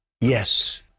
Yes